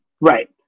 Right